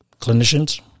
clinicians